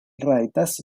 rajtas